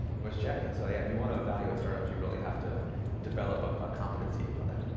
was checked. and so yeah, if you want to evaluate startups, you really have to develop a ah competency around that.